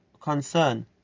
concern